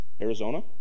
Arizona